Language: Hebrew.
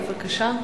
בבקשה.